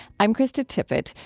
i'm krista tippett.